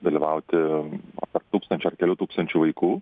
dalyvauti na tarp tūkstančio ar kelių tūkstančių vaikų